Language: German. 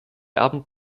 abend